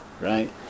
right